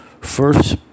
first